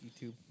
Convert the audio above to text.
YouTube